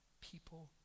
People